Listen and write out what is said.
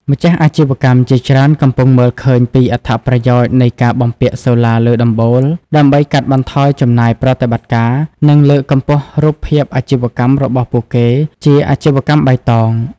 ម្ចាស់អាជីវកម្មជាច្រើនកំពុងមើលឃើញពីអត្ថប្រយោជន៍នៃការបំពាក់សូឡាលើដំបូល ដើម្បីកាត់បន្ថយចំណាយប្រតិបត្តិការ និងលើកកម្ពស់រូបភាពអាជីវកម្មរបស់ពួកគេជា "អាជីវកម្មបៃតង"។